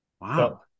wow